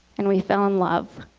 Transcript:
and we fell in love.